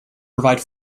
provide